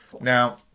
Now